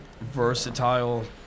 versatile